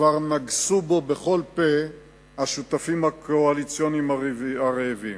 כבר נגסו בו בכל פה השותפים הקואליציוניים הרעבים,